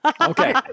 Okay